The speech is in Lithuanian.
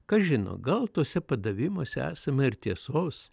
kas žino gal tuose padavimuose esama ir tiesos